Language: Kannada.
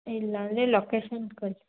ಇಲ್ಲಾಂದರೆ ಲೊಕೇಶನ್ ಕಳ್ಸಿ